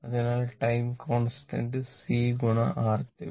അതിനാൽ time constant C RThevenin